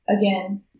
again